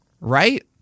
right